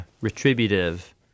retributive